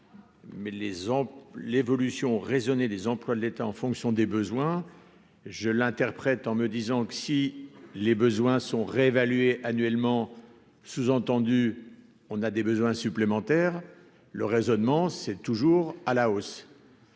ont l'évolution raisonnée des employes de l'État en fonction des besoins, je l'interprète en me disant que si les besoins sont réévaluée annuellement, sous-entendu : on a des besoins supplémentaires, le raisonnement c'est toujours à la hausse,